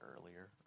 earlier